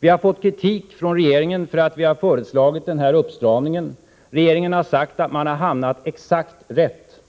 Vi har fått kritik från regeringen för att vi har föreslagit den här uppstramningen. Regeringen har sagt att man har hamnat exakt rätt.